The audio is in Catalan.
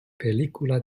pel·lícula